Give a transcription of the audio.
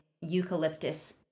eucalyptus